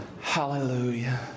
Hallelujah